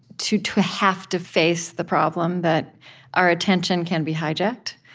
to to ah have to face the problem that our attention can be hijacked.